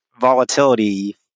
volatility